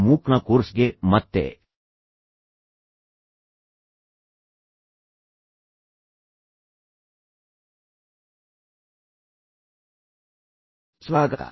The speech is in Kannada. ಮೂಕ್ನ ಕೋರ್ಸ್ಗೆ ಮತ್ತೆ ಸ್ವಾಗತ